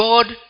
God